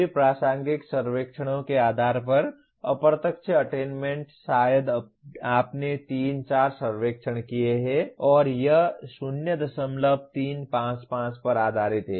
सभी प्रासंगिक सर्वेक्षणों के आधार पर अप्रत्यक्ष अटेन्मेन्ट शायद आपने 3 4 सर्वेक्षण किए हैं और यह 0355 पर आधारित है